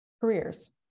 careers